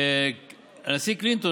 הנשיא קלינטון,